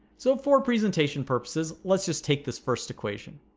so for presentation purposes, let's just take this first equation.